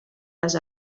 les